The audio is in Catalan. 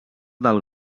del